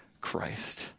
Christ